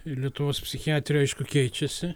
lietuvos psichiatrija aišku keičiasi